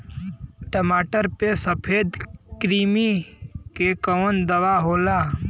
टमाटर पे सफेद क्रीमी के कवन दवा होला?